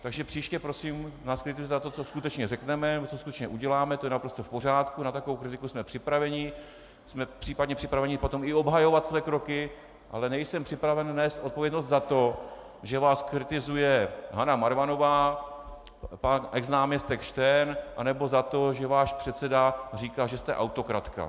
Takže příště, prosím, nás kritizujte za to, co skutečně řekneme nebo co skutečně uděláme, to je naprosto v pořádku, na takovou kritiku jsme připraveni, jsme případně připraveni potom i obhajovat své kroky, ale nejsem připraven nést odpovědnost za to, že vás kritizuje Hana Marvanová, pan exnáměstek Štern, anebo za to, že váš předseda říká, že jste autokratka.